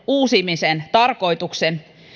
uusimisen alkuperäisen tarkoituksen